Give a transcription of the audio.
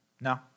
No